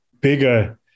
bigger